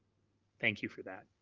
thank you for that,